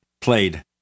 played